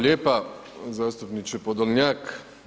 lijepa zastupniče Podolnjak.